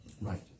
right